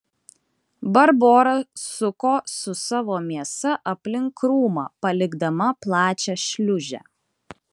barbora suko su savo mėsa aplink krūmą palikdama plačią šliūžę